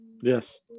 Yes